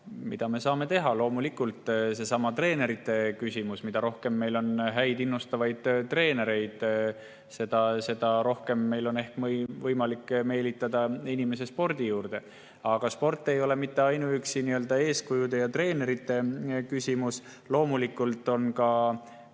Mida me veel saame teha? Loomulikult seesama treenerite küsimus – mida rohkem meil on häid innustavaid treenereid, seda rohkem on meil ehk võimalik meelitada inimesi spordi juurde. Aga sport ei ole mitte ainuüksi eeskujude ja treenerite küsimus. Loomulikult on ka